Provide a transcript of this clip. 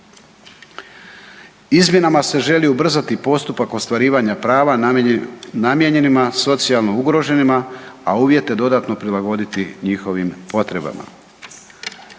Izmjenama se želi ubrzati postupak ostvarivanja prava namijenjenima socijalno ugroženima a uvjete dodatno prilagoditi njihovim potrebama.